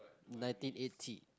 ninety eighty